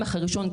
הצמח הראשון,